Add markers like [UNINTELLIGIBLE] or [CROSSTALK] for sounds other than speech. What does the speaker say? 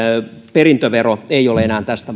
perintövero ei ole enää tästä [UNINTELLIGIBLE]